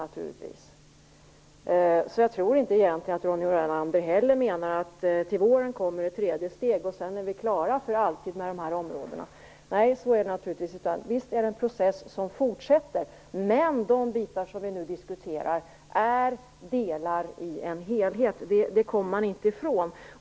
Jag tror inte att Ronny Olander menar att vi efter det tredje steget till våren för alltid är klara med dessa områden. Så är det naturligtvis inte. Visst fortsätter processen. Men de bitar som vi nu diskuterar är delar i en helhet, och det kommer man inte ifrån.